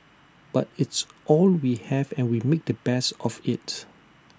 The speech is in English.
but it's all we have and we make the best of IT